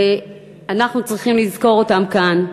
ואנחנו צריכים לזכור אותם כאן.